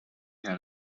had